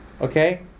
okay